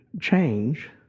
change